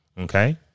Okay